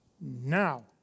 now